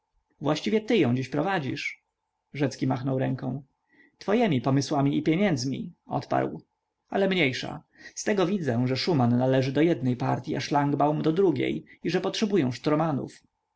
właściwie ty ją dziś prowadzisz rzecki machnął ręką twojemi pomysłami i pieniędzmi odparł ale mniejsza z tego widzę że szuman należy do jednej partyi a szlangbaum do drugiej i że potrzebują